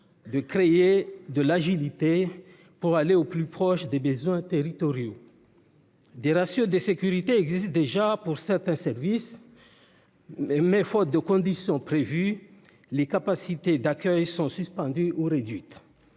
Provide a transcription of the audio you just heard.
de créer de l'agilité pour aller au plus proche des besoins territoriaux. Des ratios de sécurité existent déjà pour certains services, mais, faute des conditions prévues, les capacités d'accueil sont suspendues ou réduites.